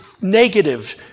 negative